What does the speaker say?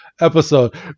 episode